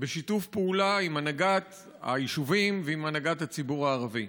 בשיתוף פעולה עם הנהגת היישובים והנהגת הציבור הערבי.